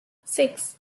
six